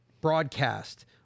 broadcast